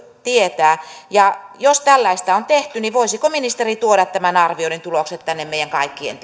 tietää ja jos tällaista on tehty niin voisiko ministeri tuoda tämän arvioinnin tulokset tänne meidän kaikkien